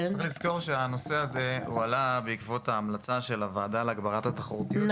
צריך לזכור שהנושא הזה הועלה בעקבות ההמלצה של הוועדה להגברת התחרותיות,